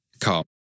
car